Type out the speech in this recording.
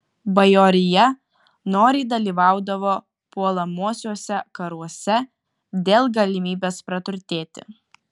bajorija noriai dalyvaudavo puolamuosiuose karuose dėl galimybės praturtėti